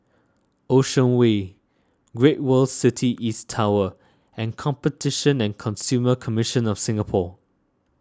Ocean Way Great World City East Tower and Competition and Consumer Commission of Singapore